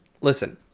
listen